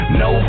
no